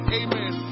amen